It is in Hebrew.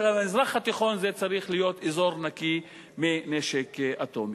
שהמזרח התיכון צריך להיות אזור נקי מנשק אטומי.